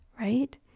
right